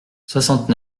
soixante